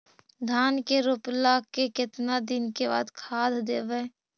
धान के रोपला के केतना दिन के बाद खाद देबै?